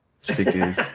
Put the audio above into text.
stickers